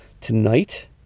tonight